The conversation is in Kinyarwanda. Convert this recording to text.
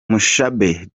mushabe